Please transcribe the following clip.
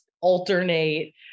alternate